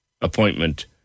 appointment